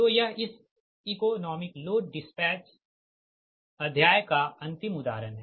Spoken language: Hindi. तो यह इस इकॉनोमिक लोड डिस्पैच अध्याय का अंतिम उदाहरण है